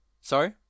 Sorry